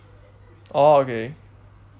oh okay